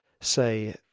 say